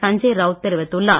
சஞ்ஜய் ரவுத் தெரிவித்துள்ளார்